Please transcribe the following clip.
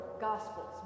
Gospels